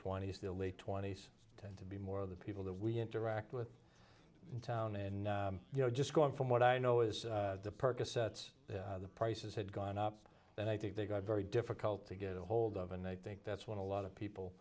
the late twenty's tend to be more of the people that we interact with in town and you know just going from what i know is the percocet the prices had gone up then i think they got very difficult to get hold of and i think that's when a lot of people